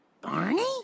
Barney